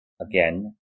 again